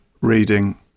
reading